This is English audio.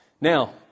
Now